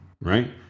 right